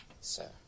sir